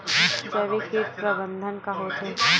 जैविक कीट प्रबंधन का होथे?